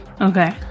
Okay